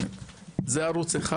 זה ערוץ אחד.